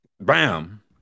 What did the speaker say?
Bam